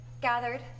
gathered